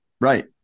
Right